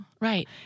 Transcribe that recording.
Right